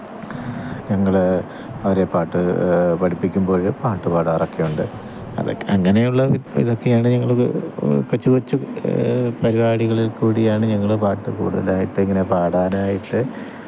ഞങ്ങൾ അവരെ പാട്ടു പഠിപ്പിക്കുമ്പോൾ പാട്ടു പാടാറൊക്കെയുണ്ട് അതൊക്കെ അങ്ങനെയുള്ള ഇതൊക്കെയാണ് ഞങ്ങൾ കൊച്ച് കൊച്ച് പരിപാടികളില് കൂടിയാണ് ഞങ്ങൾ പാട്ടു കൂടുതലായിട്ടിങ്ങനെ പാടാനായിട്ട്